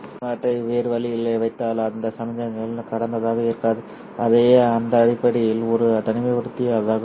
நான் அவற்றை வேறு வழியில் வைத்தால் அந்த சமிக்ஞை கடந்ததாக இருக்காது அது அடிப்படையில் ஒரு தனிமைப்படுத்தியாகும்